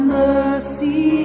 mercy